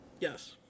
Yes